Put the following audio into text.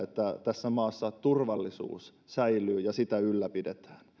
tässä maassa turvallisuus säilyy ja sitä ylläpidetään ja